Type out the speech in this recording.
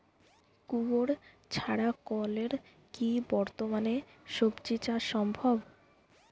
কুয়োর ছাড়া কলের কি বর্তমানে শ্বজিচাষ সম্ভব?